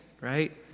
right